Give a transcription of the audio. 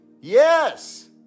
Yes